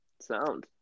sound